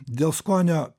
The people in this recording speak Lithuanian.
dėl skonio